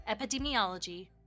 Epidemiology